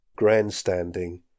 grandstanding